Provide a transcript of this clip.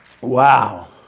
Wow